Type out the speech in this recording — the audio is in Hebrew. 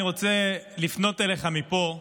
אני רוצה לפנות אליך מפה,